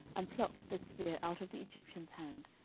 and plucked the spear out of the egyptian's hand,